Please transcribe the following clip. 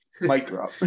Micro